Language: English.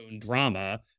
drama